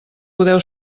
podeu